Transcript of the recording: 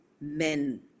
men